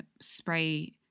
spray